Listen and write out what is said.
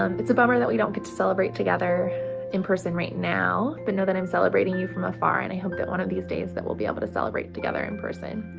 um it's a bummer that we don't get to celebrate together in person right now, but know that i'm celebrating you from afar. and i hope that one of these days that we'll be able to celebrate together in person.